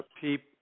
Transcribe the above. peep